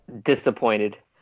disappointed